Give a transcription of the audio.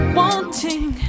wanting